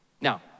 Now